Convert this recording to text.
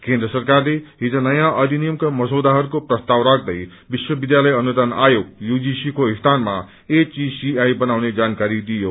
केन्द्र सरकारले हिज नयाँ अधिनियमका मसौदाहरूको प्रस्ताव राज्दै विश्वविध्यालय अनुदान आयोगको सीनमा एच्दसीआई बनाउने जानकारी दियो